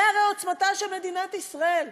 זו הרי עוצמתה של מדינת ישראל.